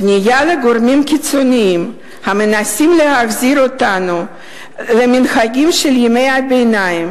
כניעה לגורמים קיצוניים המנסים להחזיר אותנו למנהגים של ימי הביניים,